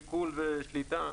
עיקול ושליטה?